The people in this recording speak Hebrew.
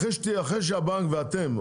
אחרי שהבנק ואתם,